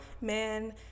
Man